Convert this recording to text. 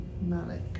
Malik